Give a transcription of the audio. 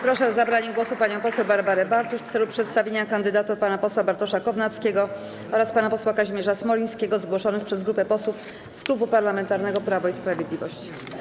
Proszę o zabranie głosu panią poseł Barbarę Bartuś w celu przedstawienia kandydatur pana posła Bartosza Kownackiego oraz pana posła Kazimierza Smolińskiego, zgłoszonych przez grupę posłów z Klubu Parlamentarnego Prawo i Sprawiedliwość.